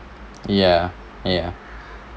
ya ya